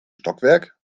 stockwerk